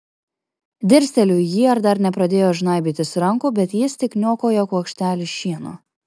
dirsteliu į jį ar dar nepradėjo žnaibytis rankų bet jis tik niokoja kuokštelį šieno